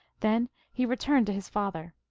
then he returned to his father.